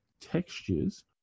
textures